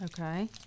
Okay